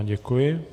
Děkuji.